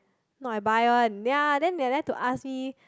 not I buy one ya then they like to ask me